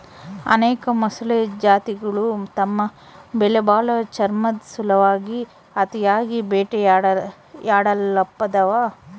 ಅನೇಕ ಮೊಸಳೆ ಜಾತಿಗುಳು ತಮ್ಮ ಬೆಲೆಬಾಳೋ ಚರ್ಮುದ್ ಸಲುವಾಗಿ ಅತಿಯಾಗಿ ಬೇಟೆಯಾಡಲ್ಪಡ್ತವ